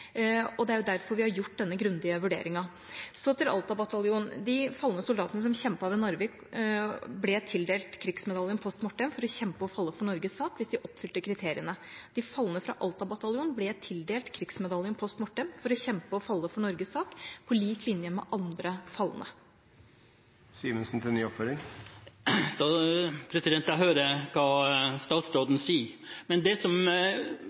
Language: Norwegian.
er jo derfor vi har gjort denne grundige vurderingen. Så til Alta bataljon: De falne soldatene som kjempet ved Narvik, ble tildelt Krigsmedaljen post mortem for å kjempe og falle for Norges sak, hvis de oppfylte kriteriene. De falne fra Alta bataljon ble tildelt Krigsmedaljen post mortem for å kjempe og falle for Norges sak, på lik linje med andre falne. Jeg hører hva statsråden sier. Men det som